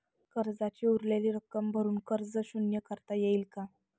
कर्जाची उरलेली रक्कम भरून कर्ज शून्य करता येईल का?